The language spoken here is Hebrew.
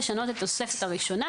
לשנות את התוספת הראשונה.